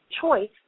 choice